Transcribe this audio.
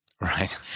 Right